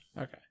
Okay